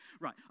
Right